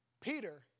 Peter